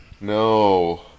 No